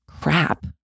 crap